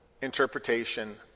interpretation